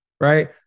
right